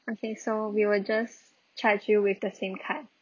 okay so we will just charge you with the same card